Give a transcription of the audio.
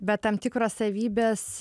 bet tam tikros savybės